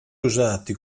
usati